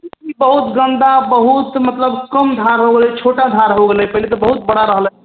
बहुत गन्दा मतलब बहुत मतलब कम धार हो गेलै छोटा धार हो गेलै पहिले तऽ बहुत बड़ा रहलै